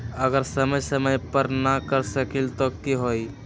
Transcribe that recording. अगर समय समय पर न कर सकील त कि हुई?